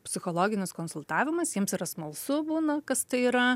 psichologinis konsultavimas jiems yra smalsu būna kas tai yra